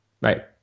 right